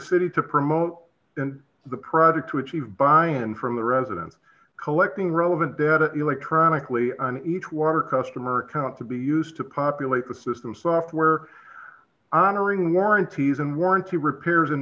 city to promote and the product to achieve by and from the residence collecting relevant data electronically on each water customer account to be used to populate the system software honoring warranties and warranty repairs and